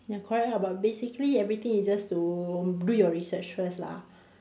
ya correct ah but basically everything is just to do your research first lah